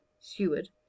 Seward